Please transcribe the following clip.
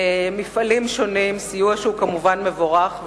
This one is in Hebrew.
סיוע שהוא כמובן מבורך,